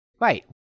Right